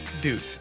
Dude